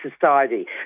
society